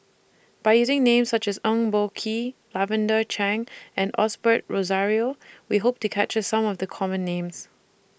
By using Names such as Eng Boh Kee Lavender Chang and Osbert Rozario We Hope to capture Some of The Common Names